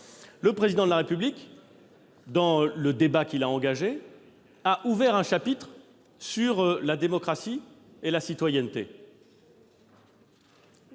Le Président de la République, dans le débat qu'il a engagé, a ouvert un chapitre sur la démocratie et la citoyenneté.